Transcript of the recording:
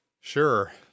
Sure